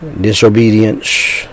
disobedience